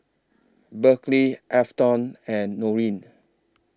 Berkley Afton and Norine